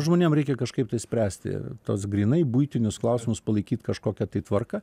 žmonėm reikia kažkaip tai spręsti tuos grynai buitinius klausimus palaikyt kažkokią tai tvarką